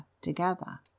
together